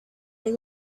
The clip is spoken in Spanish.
del